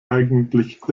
eigentlich